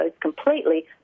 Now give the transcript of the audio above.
completely